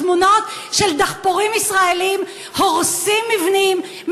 תמונות של דחפורים ישראליים הורסים מבנים,